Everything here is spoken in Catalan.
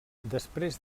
després